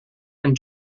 and